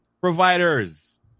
Providers